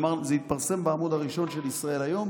זה התפרסם בעמוד הראשון של ישראל היום,